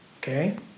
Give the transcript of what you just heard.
okay